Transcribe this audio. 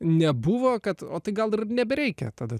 nebuvo kad o tai gal dar nebereikia tada